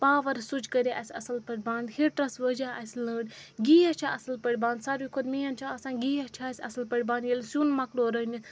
power سُچ کٔریٛا اَسہِ اَصٕل پٲٹھۍ بنٛد ہیٖٹرَس وٲجا اَسہِ لٔنٛڈ گیس چھےٚ اَصٕل پٲٹھۍ بنٛد ساروی کھۄتہٕ مین چھُ آسان گیس چھےٚ اَصٕل پٲٹھۍ بنٛد ییٚلہِ سیُن مۄکلو رٔنِتھ